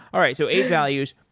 all right, so eight values.